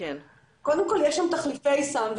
קודם כל יש שם תחליפי סם,